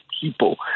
people